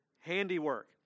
handiwork